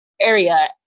area